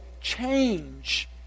change